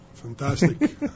Fantastic